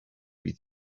bydd